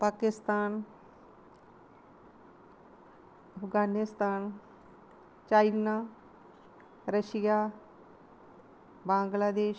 Pakistan Afghanistan China Russia Bangladesh